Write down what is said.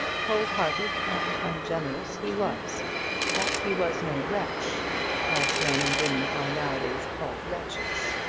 cold-hearted and ungenerous he was but he was no wretch as men and women are now-a-days called wretches.